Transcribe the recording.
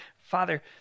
Father